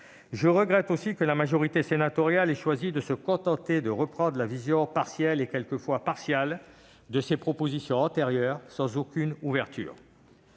je déplore aussi que la majorité sénatoriale ait choisi de se contenter de reprendre la vision partielle et quelquefois partiale de ses propositions antérieures sans aucune ouverture.